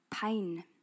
Pain